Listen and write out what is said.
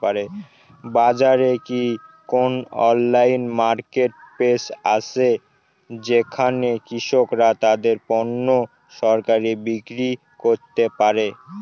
বাজারে কি কোন অনলাইন মার্কেটপ্লেস আছে যেখানে কৃষকরা তাদের পণ্য সরাসরি বিক্রি করতে পারে?